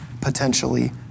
potentially